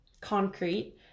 concrete